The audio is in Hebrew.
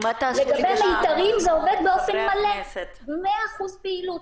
לגבי "מיתרים" זה עובד באופן מלא, 100% פעילות.